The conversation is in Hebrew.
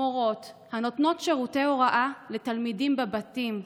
מורות הנותנות שירותי הוראה לתלמידים בבתים,